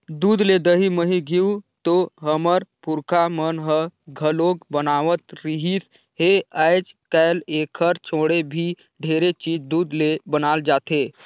दूद ले दही, मही, घींव तो हमर पूरखा मन ह घलोक बनावत रिहिस हे, आयज कायल एखर छोड़े भी ढेरे चीज दूद ले बनाल जाथे